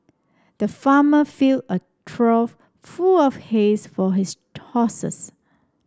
the farmer filled a trough of full of hays for his